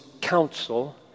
counsel